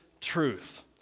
truth